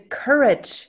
courage